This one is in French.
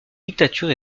dictature